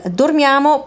dormiamo